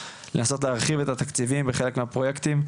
לנסות להרחיב את התקציבים לחלק מהפרויקטים,